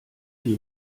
wie